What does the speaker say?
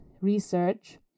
research